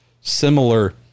similar